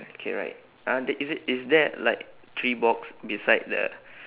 okay right ah th~ is it is there like three box beside the